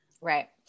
right